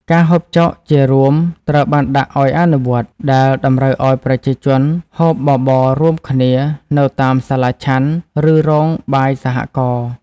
ការហូបច្បុកជារួមត្រូវបានដាក់ឱ្យអនុវត្ត ដែលតម្រូវឱ្យប្រជាជនហូបបបររួមគ្នានៅតាមសាលាឆាន់ ឬរោងបាយសហករណ៍។